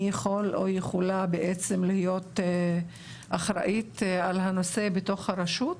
יכול או יכולה להיות אחראי/ת בתוך הרשות?